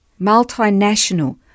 multinational